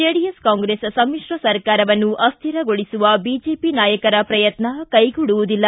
JDS Congress ಸಮ್ಮಿಶ್ರ ಸರ್ಕಾರವನ್ನು ಅಸ್ವಿರಗೊಳಿಸುವ ಬಿಜೆಪಿ ನಾಯಕರ ಪ್ರಯತ್ನ ಕೈಗೂಡುವುದಿಲ್ಲ